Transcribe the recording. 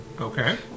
okay